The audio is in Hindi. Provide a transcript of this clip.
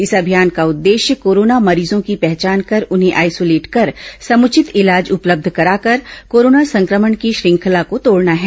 इस अभियान का उद्देश्य कोरोना मरीजों की पहचान कर उन्हें आइसोलेट कर समुचित इलाज उपलब्ध कराकर कोरोना संक्रमण की श्रृंखला को तोडना है